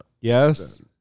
Yes